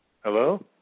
Hello